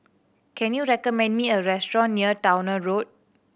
can you recommend me a restaurant near Towner Road